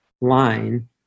line